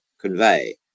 convey